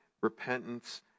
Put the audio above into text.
repentance